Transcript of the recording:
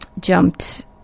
jumped